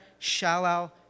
Shalal